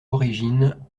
origine